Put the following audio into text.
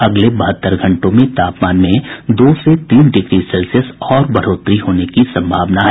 अगले बहत्तर घंटों में तापमान में दो से तीन डिग्री सेल्सियस और बढ़ोतरी होने की संभावना है